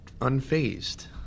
unfazed